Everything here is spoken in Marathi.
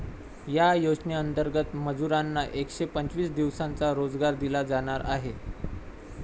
या योजनेंतर्गत मजुरांना एकशे पंचवीस दिवसांचा रोजगार दिला जाणार आहे